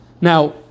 Now